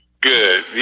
Good